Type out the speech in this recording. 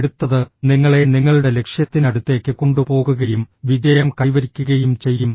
എടുത്തത് നിങ്ങളെ നിങ്ങളുടെ ലക്ഷ്യത്തിനടുത്തേക്ക് കൊണ്ടുപോകുകയും വിജയം കൈവരിക്കുകയും ചെയ്യും